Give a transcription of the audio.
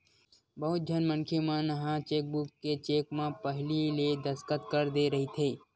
बहुत झन मनखे मन ह चेकबूक के चेक म पहिली ले दस्कत कर दे रहिथे